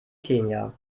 kenia